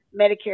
Medicare